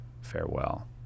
farewell